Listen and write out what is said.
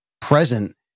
present